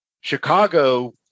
Chicago